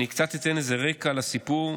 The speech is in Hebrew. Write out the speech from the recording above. אני קצת אתן איזה רקע לסיפור.